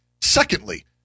Secondly